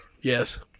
Yes